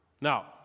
Now